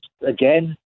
again